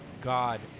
God